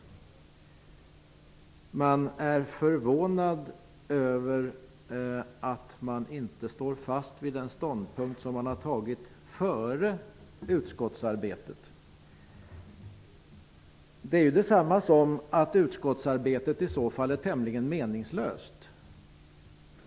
Det finns de som är förvånade över att man inte står fast vid den ståndpunkt som man intagit före utskottsarbetet. Det skulle i så fall betyda att utskottsarbetet vore tämligen meningslöst.